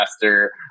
faster